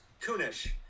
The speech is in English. Kunish